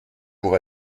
pour